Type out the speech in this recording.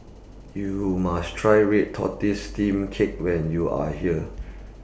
YOU must Try Red Tortoise Steamed Cake when YOU Are here